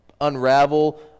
unravel